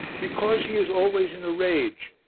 because he is always in a rage.